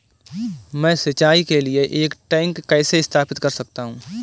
मैं सिंचाई के लिए एक टैंक कैसे स्थापित कर सकता हूँ?